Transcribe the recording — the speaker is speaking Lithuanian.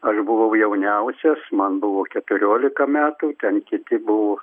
aš buvau jauniausias man buvo keturiolika metų ten kiti buvo